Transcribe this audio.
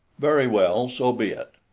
very well, so be it.